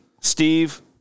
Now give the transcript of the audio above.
Steve